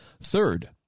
Third